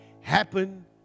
happen